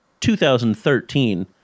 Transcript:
2013